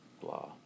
blah